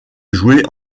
jouer